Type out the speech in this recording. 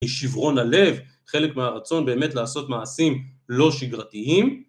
שברון הלב, חלק מהרצון באמת לעשות מעשים לא שגרתיים